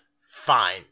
fine